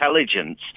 intelligence